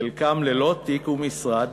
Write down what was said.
חלקם ללא תיק ומשרד,